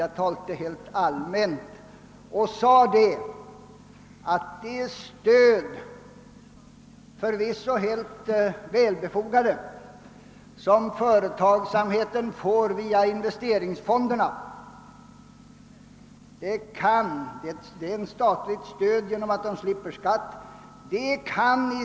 Jag sade att det stöd förvisso är väl befogat, som företagsamheten får via investeringsfonderna. Det är ett statligt stöd genom att företagen slipper betala skatt.